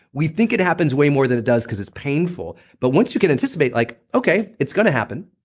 we think it happens way more than it does because it's painful, but once you can anticipate like okay, it's gonna happen,